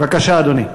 בבקשה, אדוני.